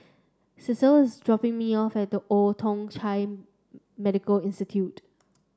Celie is dropping me off at the Old Thong Chai Medical Institute